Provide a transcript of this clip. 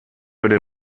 würde